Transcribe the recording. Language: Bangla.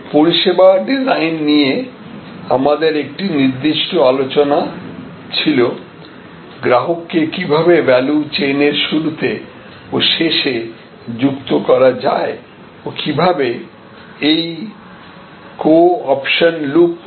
পরিষেবা ডিজাইন নিয়ে আমাদের একটি নির্দিষ্ট আলোচনা ছিল গ্রাহককে কিভাবে ভ্যালু চেইন এর শুরুতে ও শেষে যুক্ত করা যায় ও কিভাবে এই কো অপশন লুপ সম্পূর্ণ করে